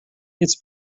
its